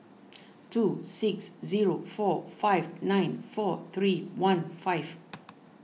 two six zero four five nine four three one five